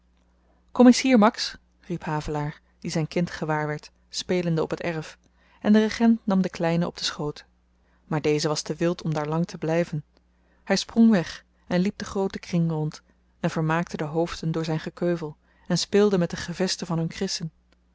kom eens hier max riep havelaar die zyn kind gewaar werd spelende op het erf en de regent nam den kleine op den schoot maar deze was te wild om daar lang te blyven hy sprong weg en liep den grooten kring rond en vermaakte de hoofden door zyn gekeuvel en speelde met de gevesten van hun krissen